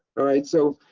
alright so,